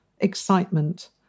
excitement